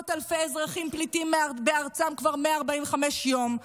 מאות אלפי אזרחים פליטים בארצם כבר 145 יום.